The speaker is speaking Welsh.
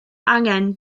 angen